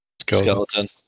skeleton